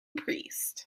priest